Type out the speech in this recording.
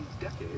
decades